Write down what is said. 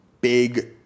big